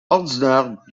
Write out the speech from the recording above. ordinaire